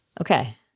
Okay